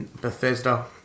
Bethesda